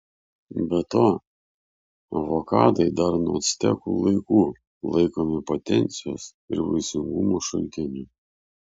be to avokadai dar nuo actekų laikų laikomi potencijos ir vaisingumo šaltiniu